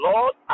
Lord